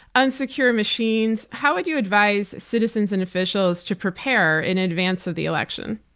unsecure machines. how would you advise citizens and officials to prepare in advance of the election?